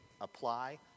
apply